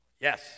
Yes